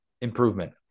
improvement